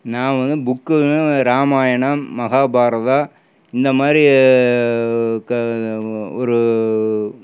நான் வந்து புக்குனா இராமாயணம் மகாபாரதம் இந்த மாதிரி இருக்க ஒரு